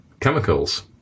chemicals